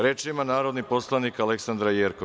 Reč ima narodni poslanik Aleksandra Jerkov.